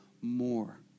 more